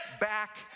back